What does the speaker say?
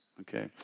Okay